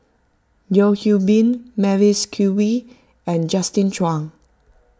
Yeo Hwee Bin Mavis Khoo Oei and Justin Zhuang